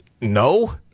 no